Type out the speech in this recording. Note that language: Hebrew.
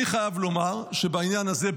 אני חייב לומר שבעניין הזה,